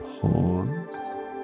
pause